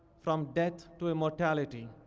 from death to immortality.